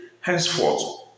Henceforth